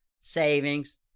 savings